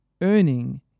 Earning